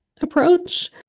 approach